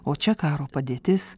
o čia karo padėtis